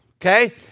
okay